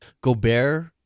Gobert